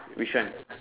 which one